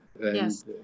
Yes